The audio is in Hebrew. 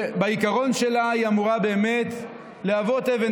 בעיקרון שלה היא אמורה באמת להוות אבן